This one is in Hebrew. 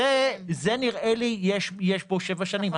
וזה נראה לי שיש פה שבע שנים.